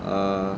err